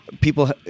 People